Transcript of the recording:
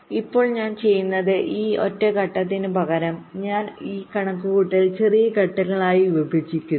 ഇപ്പോൾ ഞാൻ ചെയ്യുന്നത് ഈ ഒറ്റ ഘട്ടത്തിനുപകരം ഞാൻ ഈ കണക്കുകൂട്ടൽ ചെറിയ ഘട്ടങ്ങളായി വിഭജിക്കുന്നു